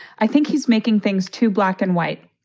i think he's making things too black and white.